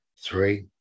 Three